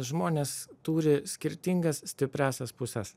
žmonės turi skirtingas stipriąsias puses